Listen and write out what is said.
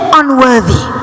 unworthy